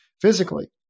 physically